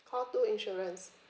call two insurance